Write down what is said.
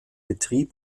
betrieb